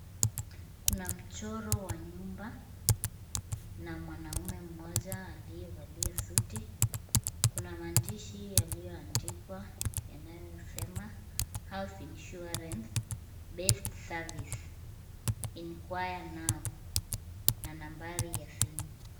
Kuna mchoro wa nyumba na mwanaume mmoja aliyevalia suti. Kuna maandishi yaliyoandikwa yanayosema house insurance best service inquire now na nambari ya simu.